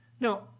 Now